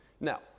Now